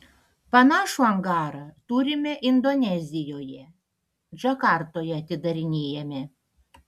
panašų angarą turime indonezijoje džakartoje atidarinėjame